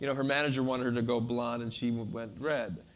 you know her manager wanted her to go blonde, and she went red.